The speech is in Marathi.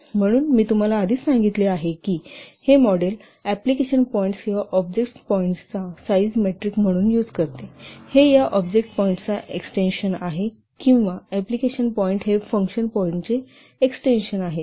म्हणून मी तुम्हाला आधीच सांगितले आहे की हे मॉडेल एप्लिकेशन पॉईंट्स किंवा ऑब्जेक्ट पॉईंट्सचा साईज मेट्रिक म्हणून आहे हे या ऑब्जेक्ट पॉईंटचा एक्सटेंशन आहे किंवा एप्लिकेशन पॉईंट हे फंक्शन पॉईंट्सचे एक्सटेंशन आहेत